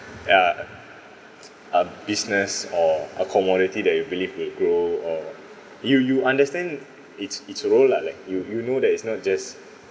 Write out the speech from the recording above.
ya uh business or or commodity that you believe will grow or you you understand it's it's a role lah like you you know that it's not just